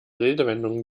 redewendungen